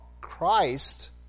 Christ